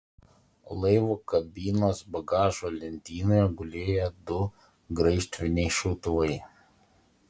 laivo kabinos bagažo lentynoje gulėjo du graižtviniai šautuvai